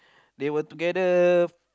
they were together